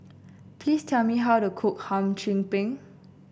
please tell me how to cook Hum Chim Peng